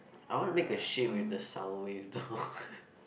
I wanna make a shape with the sound wave